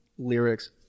Lyrics